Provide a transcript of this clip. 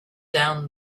down